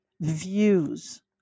views